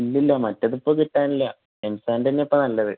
ഇല്ലല്ലോ മറ്റേതിപ്പോൾ കിട്ടാനില്ല എം സാൻഡ് തന്നെയാണ് ഇപ്പം നല്ലത്